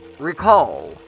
Recall